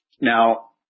Now